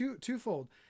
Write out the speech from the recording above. twofold